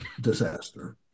disaster